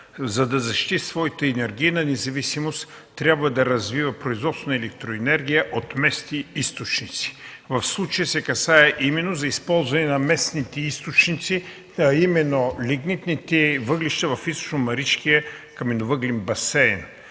за да защити своята енергийна независимост, трябва да развива производство на електроенергия от местни източници. В случая се касае именно за използване на местните източници, а именно лигнитните въглища в Източномаришкия каменовъглен басейн.